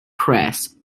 press